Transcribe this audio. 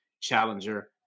challenger